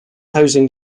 housing